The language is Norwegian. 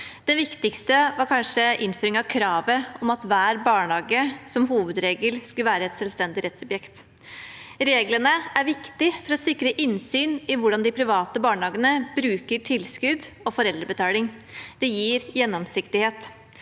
Den viktigste var kanskje innføring av kravet om at hver barnehage som hovedregel skulle være et selvstendig rettssubjekt. Regelen er viktig for å sikre innsyn i hvordan de private barnehagene bruker tilskudd og foreldrebetaling. Det gir gjennomsiktighet.